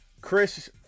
Chris